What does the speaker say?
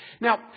Now